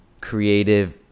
creative